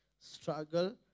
struggle